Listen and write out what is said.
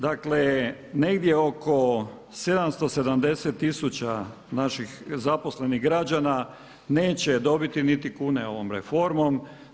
Dakle, negdje oko 770 tisuća naših zaposlenih građana neće dobiti niti kune ovom reformom.